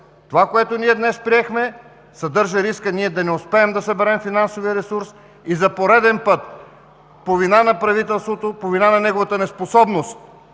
Това, което ние днес приехме, съдържа риска да не успеем да съберем финансовия ресурс и за пореден път по вина на правителството, по вина на неговата неспособност